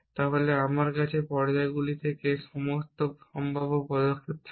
এবং আমার কাছে এই পর্যায়গুলি থেকে এই সমস্ত সম্ভাব্য পদক্ষেপ থাকে